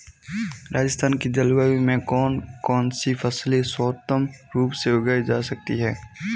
राजस्थान की जलवायु में कौन कौनसी फसलें सर्वोत्तम रूप से उगाई जा सकती हैं?